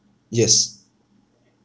yes